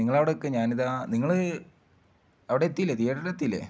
നിങ്ങൾ അവിടെ നിൽക്ക് ഞാൻ ഇതാ നിങ്ങൾ അവിടെ എത്തിയില്ലേ തിയേറ്ററിൽ എത്തിയില്ലേ